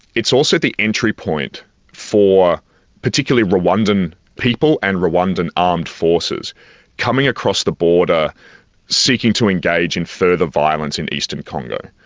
it's also the entry point for particularly rwandan people and rwandan armed forces coming across the border seeking to engage in further violence in eastern congo.